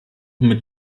mit